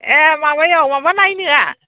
ए माबायाव माबा नायनोआ